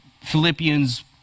Philippians